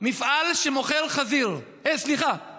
מפעל שמוכר סיגריות.